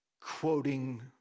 quoting